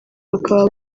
bakaba